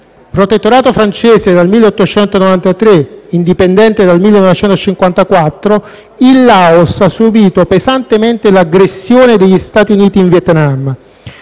Protettorato francese dal 1893, indipendente dal 1954, il Laos ha subìto pesantemente l'aggressione degli Stati Uniti in Vietnam: